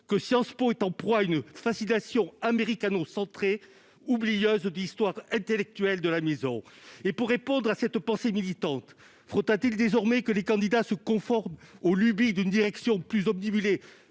que « Sciences Po est en proie à une fascination américano-centrée oublieuse de l'histoire intellectuelle de la maison ». Pour répondre à cette pensée militante, les candidats devront-ils se conformer aux lubies d'une direction plus obnubilée